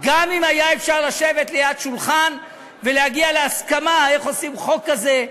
גם אם היה אפשר לשבת ליד שולחן ולהגיע להסכמה איך עושים חוק כזה,